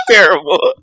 Terrible